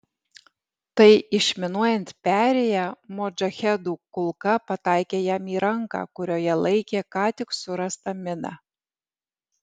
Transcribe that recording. tai išminuojant perėją modžahedų kulka pataikė jam į ranką kurioje laikė ką tik surastą miną